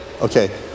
Okay